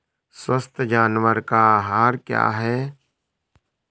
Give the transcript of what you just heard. स्वस्थ जानवर का आहार क्या है?